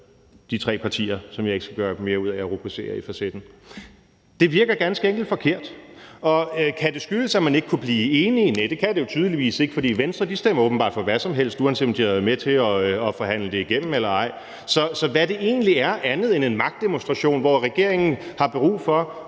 de tre partier, som jeg ikke skal gøre mere ud af at rubricere i facetten. Det virker ganske enkelt forkert. Og kan det skyldes, at man ikke kunne blive enige? Næh, det kan det tydeligvis ikke, for Venstre stemmer åbenbart for hvad som helst, uanset om de har været med til at forhandle det igennem eller ej. Så hvad det egentlig er andet end en magtdemonstration, hvor regeringen har brug for